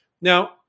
Now